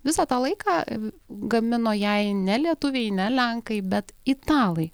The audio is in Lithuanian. visą tą laiką gamino jai ne lietuviai ne lenkai bet italai